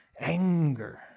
anger